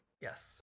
Yes